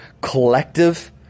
collective